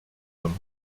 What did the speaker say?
homme